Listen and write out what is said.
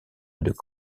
une